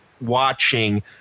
watching